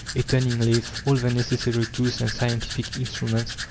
a turning lathe, all the necessary tools and scientific instruments,